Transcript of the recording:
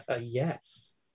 Yes